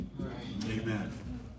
Amen